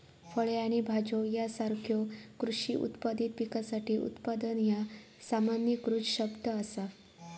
फळे आणि भाज्यो यासारख्यो कृषी उत्पादित पिकासाठी उत्पादन ह्या सामान्यीकृत शब्द असा